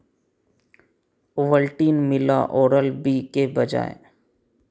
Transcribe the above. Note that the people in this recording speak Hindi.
ओवल्टीन मिला ओरल बी के बजाय